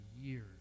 years